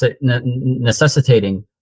necessitating